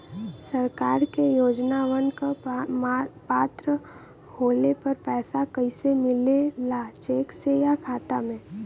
सरकार के योजनावन क पात्र होले पर पैसा कइसे मिले ला चेक से या खाता मे?